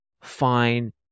fine